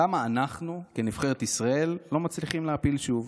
למה אנחנו כנבחרת ישראל לא מצליחים להעפיל שוב?